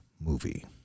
movie